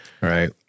right